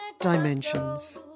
dimensions